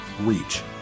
reach